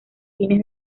fines